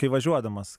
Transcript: kai važiuodamas